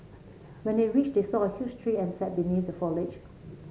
when they reached they saw a huge tree and sat beneath the foliage